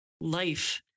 life